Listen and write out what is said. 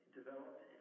developed